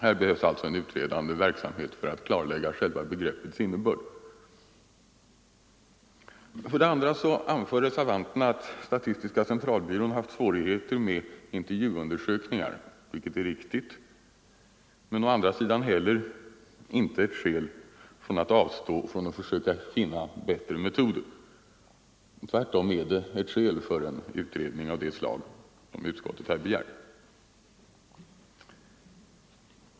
Här behövs alltså en utredande verksamhet för att klarlägga själva Vidare anför reservanterna att statistiska centralbyrån har haft svårigheter med intervjuundersökningar, vilket är riktigt. Det är å andra sidan inte ett skäl för att avstå från att försöka finna bättre metoder. Tvärtom är det ett skäl för en utredning av det slag som utskottet här begär.